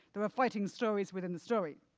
there are fighting stories within the story.